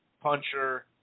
puncher